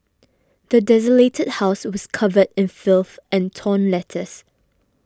the desolated house was covered in filth and torn letters